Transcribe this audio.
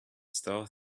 star